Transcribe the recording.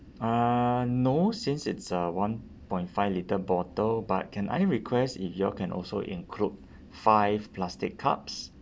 uh no since it's a one point five litre bottle but can I request if y'all can also include five plastic cups